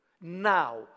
now